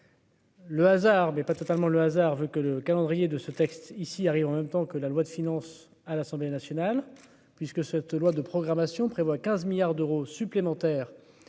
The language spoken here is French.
Le hasard mais pas totalement le hasard veut que le calendrier de ce texte ici arrive en même temps que la loi de finances à l'Assemblée nationale, puisque cette loi de programmation prévoit 15 milliards d'euros supplémentaires